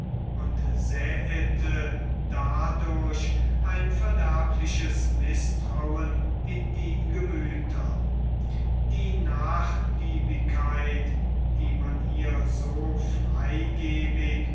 und säete dadurch ein verderbliches mißtrauen in die gemüther die nachgiebigkeit die man ihr so freigebig